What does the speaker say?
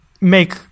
make